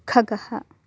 खगः